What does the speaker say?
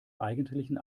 eigentlichen